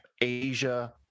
asia